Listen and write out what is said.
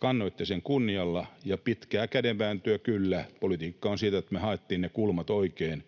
kannoitte sen kunnialla. Pitkää kädenvääntöä kyllä politiikka on, että me haettiin ne kulmat oikein,